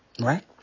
Right